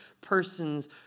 persons